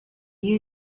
you